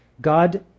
God